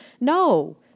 No